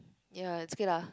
yea it's okay lah